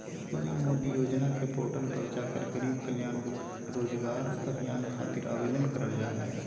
PM Modi योजना के portal पर जाकर गरीब कल्याण रोजगार अभियान खातिर आवेदन करल जा हय